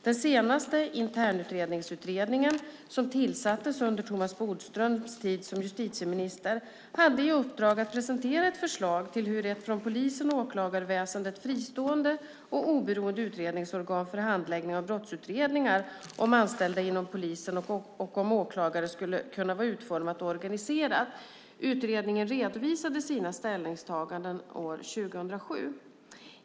Den senaste, Internutredningsutredningen, som tillsattes under Thomas Bodströms tid som justitieminister, hade i uppdrag att presentera ett förslag till hur ett från polisen och åklagarväsendet fristående och oberoende utredningsorgan för handläggning av brottsutredningar om anställda inom polisen och om åklagare skulle kunna vara utformat och organiserat. Utredningen redovisade sina ställningstaganden år 2007.